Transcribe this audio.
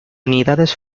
unidades